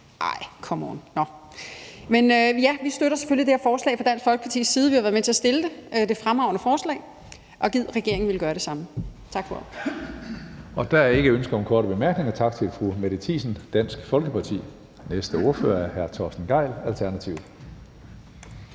Ej, come on! Men ja, vi støtter selvfølgelig det her forslag fra Dansk Folkepartis side – vi har været med til at fremsætte det, og det er et fremragende forslag – og gid regeringen ville gøre det samme. Tak for ordet. Kl. 17:02 Tredje næstformand (Karsten Hønge): Der er ikke ønske om korte bemærkninger. Tak til fru Mette Thiesen, Dansk Folkeparti. Næste ordfører er hr. Torsten Gejl, Alternativet.